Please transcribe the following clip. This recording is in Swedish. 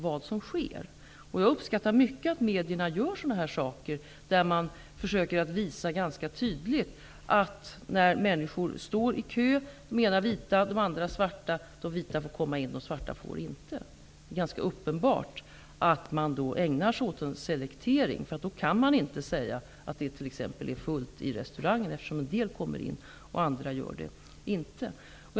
Jag uppskattar mycket att medierna gör försök att visa dessa saker tydligt, t.ex. att när människor står i kö -- en del vita, andra svarta -- får de vita komma in men inte de svarta. Det är ganska uppenbart att det sker en selektering. Det går inte att säga att det är fullt i restaurangen eftersom en del kommer in medan andra inte gör det.